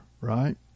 right